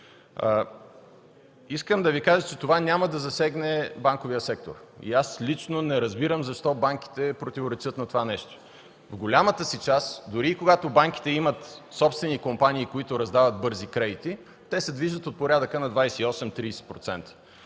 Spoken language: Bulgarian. Искам да Ви кажа, че това няма да засегне банковия сектор и аз лично не разбирам защо банките противоречат на това нещо. В голямата си част, дори когато банките имат собствени компании, които раздават бързи кредити, те се движат от порядъка на 28-30%.